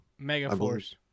Megaforce